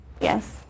Yes